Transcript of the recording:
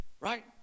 right